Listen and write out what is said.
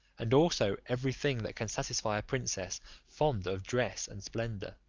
and also every thing that can satisfy a princess fond of dress and splendour.